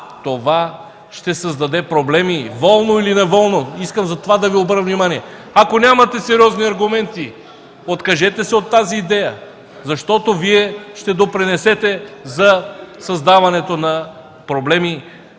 това ще създаде проблеми волно или неволно! Искам на това да Ви обърна внимание. Ако нямате сериозни аргументи, откажете се от тази идея, защото Вие ще допринесете за създаването на проблеми